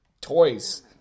Toys